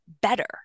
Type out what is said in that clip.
better